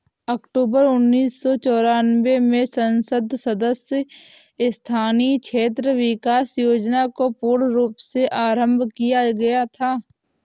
अक्टूबर उन्नीस सौ चौरानवे में संसद सदस्य स्थानीय क्षेत्र विकास योजना को पूर्ण रूप से आरम्भ किया गया था